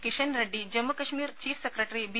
Kishan Reddy Jammu Kashmir chief secretary B